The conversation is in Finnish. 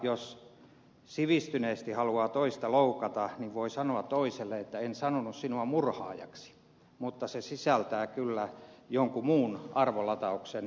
jos sivistyneesti haluaa toista loukata niin voi sanoa toiselle että en sanonut sinua murhaajaksi mutta se sisältää kyllä jonkun muun arvolatauksen